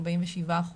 47%,